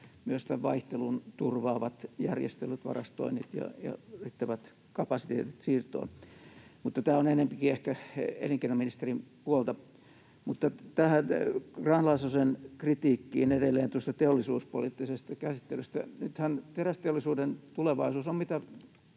vaihtelun turvaavat järjestelyt, varastoinnit ja riittävät kapasiteetit siirtoon, mutta tämä on enempikin ehkä elinkeinoministerin puolta. Tähän Grahn-Laasosen kritiikkiin edelleen teollisuuspoliittisesta käsittelystä: Nythän terästeollisuuden tulevaisuus on mitä